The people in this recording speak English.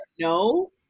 no